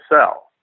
sell